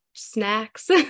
Snacks